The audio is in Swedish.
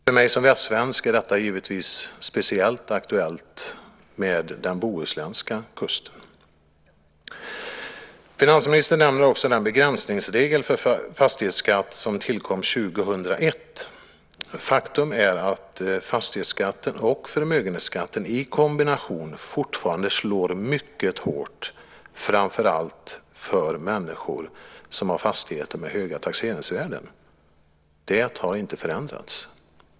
För mig som västsvensk är detta givetvis speciellt aktuellt med den bohuslänska kusten. Finansministern nämner också den begränsningsregel för fastighetsskatt som tillkom 2001. Faktum är att fastighetsskatten och förmögenhetsskatten i kombination fortfarande slår mycket hårt framför allt mot människor som har fastigheter med höga taxeringsvärden. Det har inte förändrats.